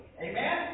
amen